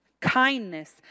kindness